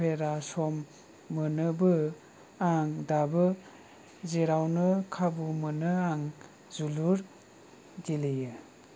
उफेरा सम मोनोबो आं दाबो जेरावनो खाबु मोनो आं जोलुर गेलेयो